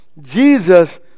Jesus